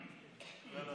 תודה רבה.